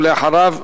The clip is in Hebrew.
ואחריו,